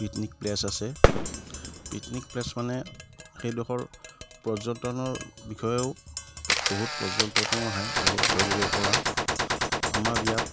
picnic place আছে picnic place মানে সেইডোখৰ পৰ্যটনৰ বিষয়েও বহুত পৰ্যটনো আহে বহুত দূৰ দূৰৰ পৰা আমাৰ ইয়াত